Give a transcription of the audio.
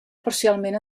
parcialment